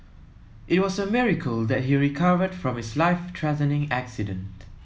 it was a miracle that he recovered from his life threatening accident